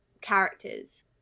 characters